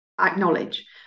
acknowledge